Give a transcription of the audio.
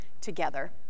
together